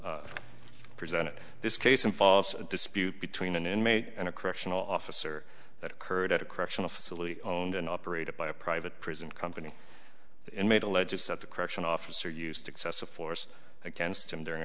question presented this case involves a dispute between an inmate and a correctional officer that occurred at a correctional facility owned and operated by a private prison company inmate alleges that the correction officer used excessive force against him during